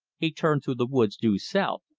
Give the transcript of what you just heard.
he turned through the woods due south,